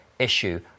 issue